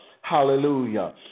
Hallelujah